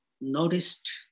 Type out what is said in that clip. noticed